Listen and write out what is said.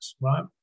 right